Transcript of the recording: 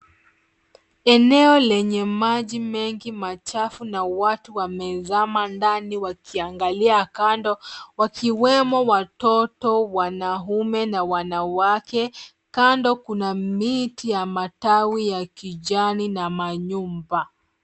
Eneo lenye maji mengi machafu, na watu wamezama ndani wakiangalia kando, wakiwemo watoto, wanaume, na wanawake. Kando kuna miti ya matawi ya kijani, na manyumba.